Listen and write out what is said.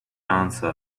answer